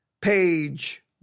page